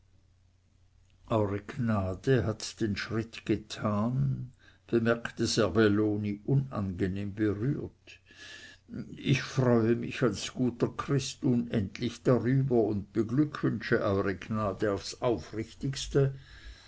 eure gnade hat den schritt getan bemerkte serbelloni unangenehm berührt ich freue mich als guter christ unendlich darüber und beglückwünsche eure gnade aufs aufrichtigste